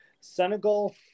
Senegal